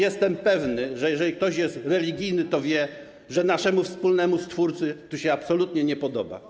Jestem pewny, że jeżeli ktoś jest religijny, to wie, że naszemu wspólnemu Stwórcy to się absolutnie nie podoba.